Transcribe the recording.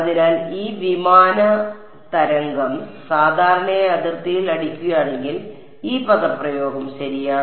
അതിനാൽ ഈ വിമാന തരംഗം സാധാരണയായി അതിർത്തിയിൽ അടിക്കുകയാണെങ്കിൽ ഈ പദപ്രയോഗം ശരിയാണ്